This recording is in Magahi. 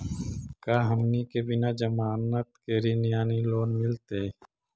का हमनी के बिना जमानत के ऋण यानी लोन मिलतई?